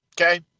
okay